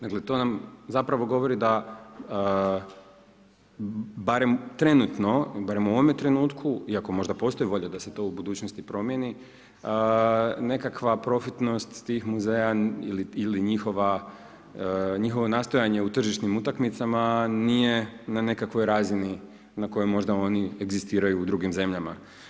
Dakle to nam zapravo govori da barem trenutno, barem u ovome trenutku, iako možda postoji volja da se to u budućnosti promijeni, nekakva profitnost tih muzeja ili njihovo nastojanje u tržišnim utakmicama nije na nekakvoj razini na kojoj možda oni egzistiraju u drugim zemljama.